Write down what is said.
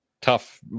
tough